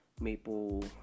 maple